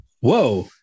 whoa